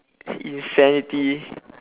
insanity